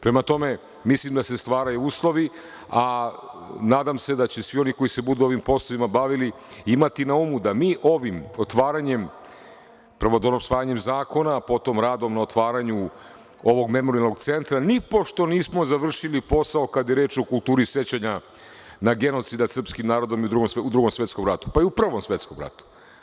Prema tome, mislim da se stvaraju uslovi, a nadam se da će svi oni koji se budu ovim poslovima bavili imati na umu da mi prvo usvajanjem zakona, potom radom na otvaranju ovog Memorijalnog centra nipošto nismo završili posao kada je reč o kulturi sećanja na genocid nad srpskim narodom u Drugom svetskom ratu, pa i u Prvom svetskom ratu.